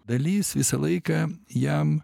dalis visą laiką jam